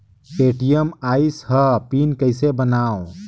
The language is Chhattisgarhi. ए.टी.एम आइस ह पिन कइसे बनाओ?